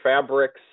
fabrics